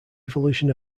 evolution